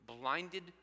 blinded